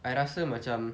I rasa macam